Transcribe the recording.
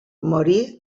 morí